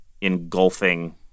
engulfing